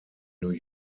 new